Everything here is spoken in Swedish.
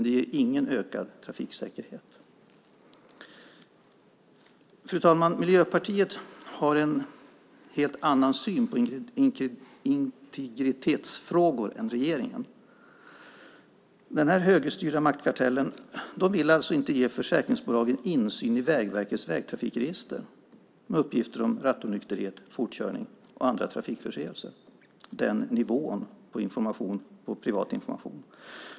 Det ger ingen ökad trafiksäkerhet. Fru talman! Miljöpartiet har en helt annan syn på integritetsfrågor än regeringen. Den högerstyrda maktkartellen vill inte ge försäkringsbolagen insyn i Vägverkets vägtrafikregister med uppgifter om rattonykterhet, fortkörning och andra trafikförseelser med den nivån på privat information.